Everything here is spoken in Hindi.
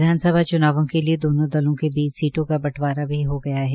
विधान सभा चुनावों के लिए दोनो दलों के बीच सीटों का बंटवारा भी हो गया है